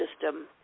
system